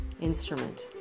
instrument